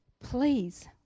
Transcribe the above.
please